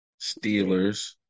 Steelers